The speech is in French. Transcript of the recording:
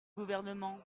gouvernement